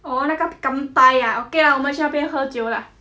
oh 那个 kanpai ah okay lah 我们去那边喝酒 lah